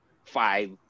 five